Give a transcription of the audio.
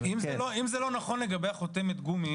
אם זה לא נכון לגבי חותמת גומי,